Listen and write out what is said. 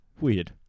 weird